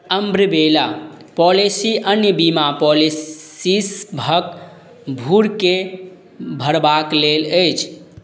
umbrella policy अन्य बीमा पॉलिसीसभक भूरके भरबाक लेल अछि